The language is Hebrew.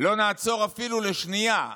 לא נעצור אפילו לשנייה,